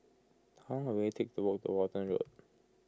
how long will it take to walk to Walton Road